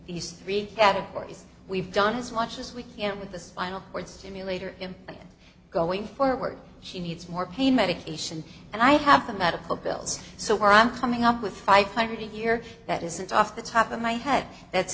three categories we've done as much as we can with the spinal cord stimulator in going forward she needs more pain medication and i have the medical bills so far i'm coming up with five hundred a year that isn't off the top of my head that's